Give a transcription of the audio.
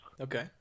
Okay